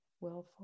willful